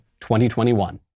2021